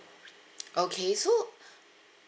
okay so